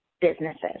businesses